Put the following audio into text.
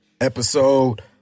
Episode